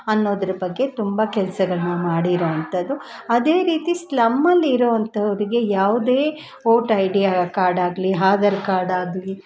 ಅನೋದ್ರ ಬಗ್ಗೆ ತುಂಬ ಕೆಲಸಗಳ್ನ ಮಾಡಿರೋಂಥದ್ದು ಅದೇ ರೀತಿ ಸ್ಲಮ್ಮಲ್ಲಿ ಇರುವಂಥೋರಿಗೆ ಯಾವುದೇ ಓಟ್ ಐ ಡಿ ಕಾಡ್ ಆಗಲಿ ಆಧಾರ್ ಕಾಡ್ ಆಗಲಿ